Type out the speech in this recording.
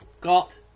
got